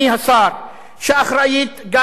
שאחראית גם לעליית מחירים,